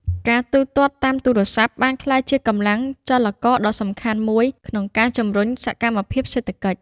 ការទូទាត់តាមទូរស័ព្ទ បានក្លាយជាកម្លាំងចលករដ៏សំខាន់មួយក្នុងការជំរុញសកម្មភាពសេដ្ឋកិច្ច។